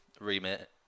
remit